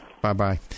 Bye-bye